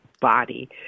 body